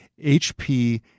HP